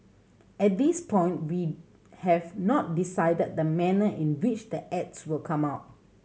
at this point we have not decided the manner in which the ads will come out